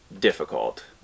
difficult